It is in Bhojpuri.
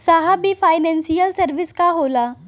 साहब इ फानेंसइयल सर्विस का होला?